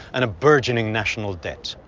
and a burgeoning national debt.